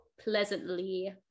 pleasantly